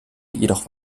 jedoch